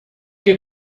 que